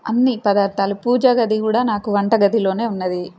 అన్నీ పదార్థాలు పూజ గది కూడా నాకు వంట గదిలోనే ఉన్నది